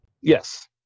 Yes